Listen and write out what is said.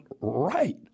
right